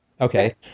Okay